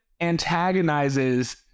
antagonizes